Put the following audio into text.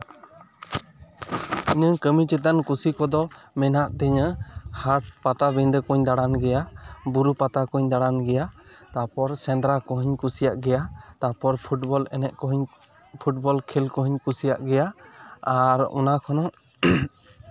ᱤᱧᱟᱹᱝ ᱠᱟᱹᱢᱤ ᱪᱮᱛᱟᱱ ᱠᱩᱥᱤ ᱠᱚᱫᱚ ᱢᱮᱱᱟᱜ ᱛᱤᱧᱟᱹ ᱦᱟᱴ ᱯᱟᱴᱟᱵᱤᱱᱰᱟᱹ ᱠᱚᱧ ᱫᱟᱬᱟᱱ ᱜᱮᱭᱟ ᱵᱩᱨᱩ ᱯᱟᱛᱟ ᱠᱚᱧ ᱫᱟᱬᱟᱱ ᱜᱮᱭᱟ ᱛᱟᱨᱯᱚᱨ ᱥᱮᱸᱫᱽᱨᱟ ᱠᱚᱦᱚᱸᱧ ᱠᱩᱥᱤᱭᱟᱜ ᱜᱮᱭᱟ ᱛᱟᱨᱯᱚᱨ ᱯᱷᱩᱴᱵᱚᱞ ᱮᱱᱮᱡ ᱠᱚᱦᱚᱸᱧ ᱯᱷᱩᱴᱵᱚᱞ ᱠᱷᱮᱹᱞ ᱠᱚᱦᱚᱸᱧ ᱠᱩᱥᱤᱭᱟᱜ ᱜᱮᱭᱟ ᱟᱨ ᱚᱱᱟ ᱠᱷᱚᱱᱟᱜ